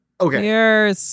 Okay